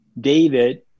David